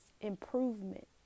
improvement